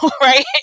right